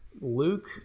luke